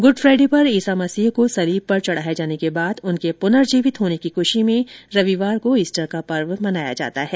good Friday पर ईसा मसीह को सलीब पर चढ़ाये जाने के बाद उनके पुनर्जीवित होने की खुशी में रविवार को ईस्टर का पर्व मनाया जाता है